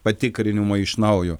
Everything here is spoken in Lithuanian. patikrinimo iš naujo